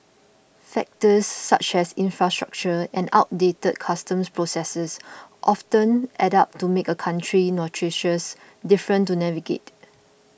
factors such as infrastructure and outdated customs processes often add up to make a country notoriously difficult to navigate